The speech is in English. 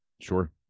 sure